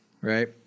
right